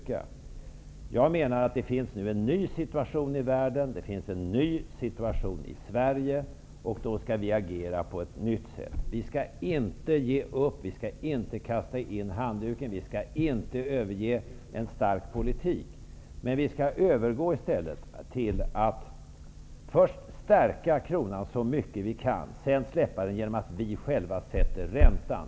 Jag menar att det nu är en ny situation i världen och en ny situation i Sverige, och då skall vi agera på ett nytt sätt. Vi skall inte ge upp, vi skall inte kasta in handduken, vi skall inte överge en stark politik. Vi skall i stället övergå till att först så mycket vi kan stärka kronan och sedan släppa den genom att själva sätta räntan.